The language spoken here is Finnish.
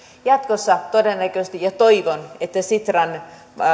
jatkossa todennäköisesti ja toivon että sitran